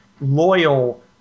loyal